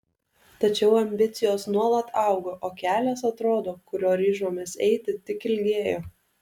tačiau ambicijos nuolat augo o kelias atrodo kuriuo ryžomės eiti tik ilgėjo